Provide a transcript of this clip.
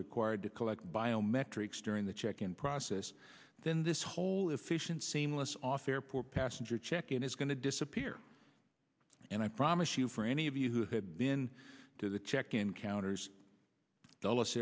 required to collect bio metrics during the check in process then this whole efficient seamless offer airport passenger check in is going to disappear and i promise you for any of you who have been to the check in counters dulles